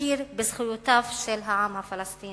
להכיר בזכויותיו של העם הפלסטיני,